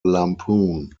lampoon